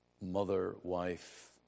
mother-wife